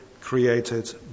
created